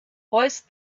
hoist